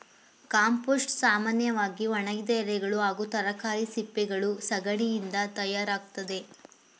compost ಸಾಮನ್ಯವಾಗಿ ಒಣಗಿದ ಎಲೆಗಳು ಹಾಗೂ ತರಕಾರಿ ಸಿಪ್ಪೆಗಳು ಸಗಣಿಯಿಂದ ತಯಾರಾಗ್ತದೆ